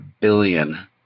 billion